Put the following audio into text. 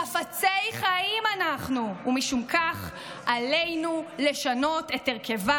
חפצי חיים אנחנו: משום כך עלינו לשנות את הרכבה,